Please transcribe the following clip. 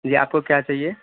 جی آپ کو کیا چاہیے